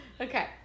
Okay